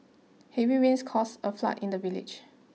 heavy rains caused a flood in the village